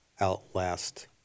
outlast